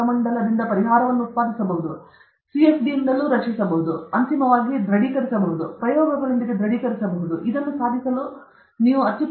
ಆದ್ದರಿಂದ ನೀವು ANN ಕೃತಕ ನರಮಂಡಲದಿಂದ ಪರಿಹಾರವನ್ನು ಉತ್ಪಾದಿಸಬಹುದು ನೀವು CFD ಯಿಂದ ರಚಿಸಬಹುದು ಮತ್ತು ನೀವು ಅಂತಿಮವಾಗಿ ದೃಢೀಕರಿಸಬಹುದು ನಾವು ಪ್ರಯೋಗಗಳೊಂದಿಗೆ ದೃಢೀಕರಿಸಬಹುದು ನಾವು 7 ಡಿಗ್ರಿ ದೋಷದಲ್ಲಿ ಸಿಗುತ್ತದೆ ನೀವು 7 ಡಿಗ್ರಿ ದೋಷದಲ್ಲಿ ಸಿಗುತ್ತದೆ